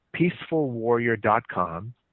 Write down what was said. peacefulwarrior.com